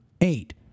eight